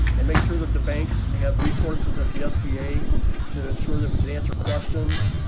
and make sure that the banks have resources at the sba to ensure that we can answer questions.